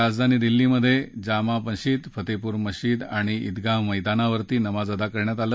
राजधानी दिल्लीत जामा मशिद फतेपूर मशिद अणि ईदगा मैदानावर नमाज अदा करण्यात आलं